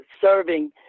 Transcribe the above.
serving